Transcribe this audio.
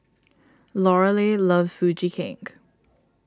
Lorelei loves Sugee Cake